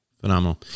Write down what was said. Phenomenal